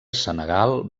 senegal